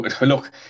look